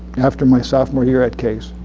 after my sophomore year at case,